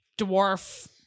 dwarf